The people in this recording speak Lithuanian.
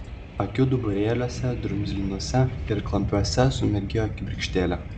akių duburėliuose drumzlinuose ir klampiuose sumirgėjo kibirkštėlė